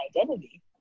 identity